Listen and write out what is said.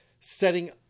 setting